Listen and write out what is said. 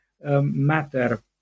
matter